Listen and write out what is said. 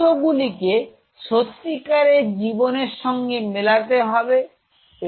তথ্যগুলিকে সত্তিকারের জীবনের সঙ্গে মেলাতে হবে